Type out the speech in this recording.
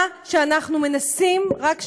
מה שאנחנו מנסים, רק שנייה,